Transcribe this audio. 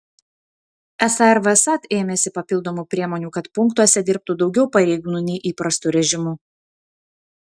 esą ir vsat ėmėsi papildomų priemonių kad punktuose dirbtų daugiau pareigūnų nei įprastu režimu